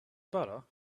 butter